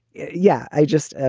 yeah, i just.